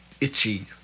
itchy